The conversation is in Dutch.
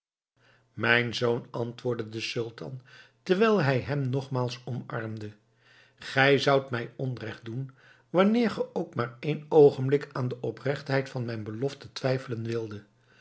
mijn zoon antwoordde de sultan terwijl hij hem nogmaals omarmde gij zoudt mij onrecht doen wanneer ge ook maar één oogenblik aan de oprechtheid van mijn belofte twijfelen wildet